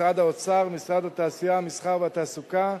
משרד האוצר, משרד התעשייה, המסחר והתעסוקה,